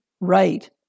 right